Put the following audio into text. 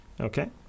okay